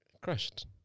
crashed